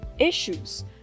issues